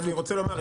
אבל אני רוצה לומר,